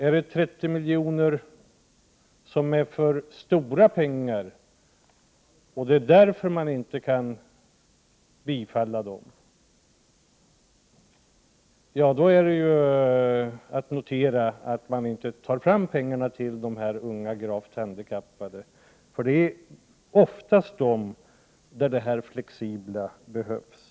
Om 30 miljoner är för stora pengar och om man av den anledningen inte kan bifalla anslaget, är det ju bara att notera att man inte tar fram de pengar till de unga, gravt handikappade som det gäller — det är oftast för dem som de här flexibla möjligheterna behövs.